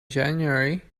january